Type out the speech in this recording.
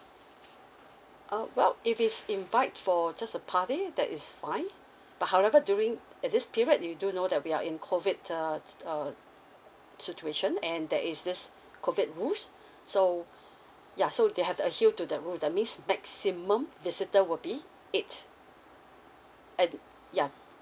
oh well if is invite for just a party that is fine but however during at this period you do know that we are in COVID uh uh situation and that is just COVID rules so ya so they have to adhere to the rules that means maximum visitor will be it eight at yeah